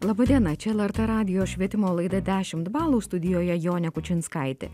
laba diena čia lrt radijo švietimo laida dešimt balų studijoje jonė kučinskaitė